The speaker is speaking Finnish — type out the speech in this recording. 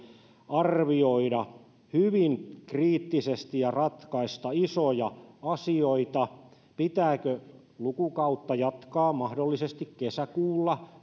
arvioida hyvin kriittisesti ja ratkaista isoja asioita pitääkö lukukautta jatkaa mahdollisesti kesäkuulla